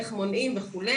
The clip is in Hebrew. איך מונעים וכו'.